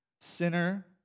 Sinner